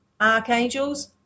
archangels